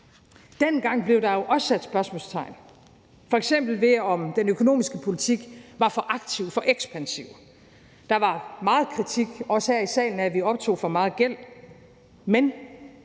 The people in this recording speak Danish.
Dengang blev der jo f.eks. også sat spørgsmålstegn ved, om den økonomiske politik var for aktiv, for ekspansiv. Der var meget kritik, også her i salen, af, at vi optog for meget gæld. Men